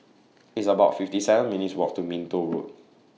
It's about fifty seven minutes' Walk to Minto Road